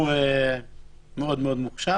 בחור מאוד מאוד מוכשר.